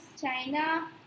China